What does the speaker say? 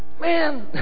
Man